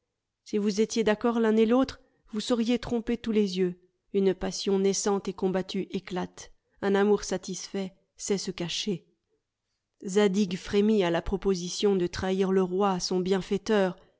si vous étiez d'accord l'un et l'autre vous sauriez tromper tous les yeux une passion naissante et combattue éclate un amour satisfait sait se cacher zadig frémit à la proposition de trahir le roi son bienfaiteur